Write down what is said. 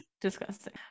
disgusting